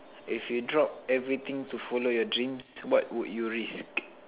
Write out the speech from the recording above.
if you drop everything to follow your dreams what would you risk